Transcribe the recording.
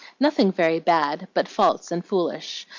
nothing very bad, but false and foolish,